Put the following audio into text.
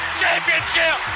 championship